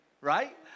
right